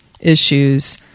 issues